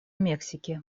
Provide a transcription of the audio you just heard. мексики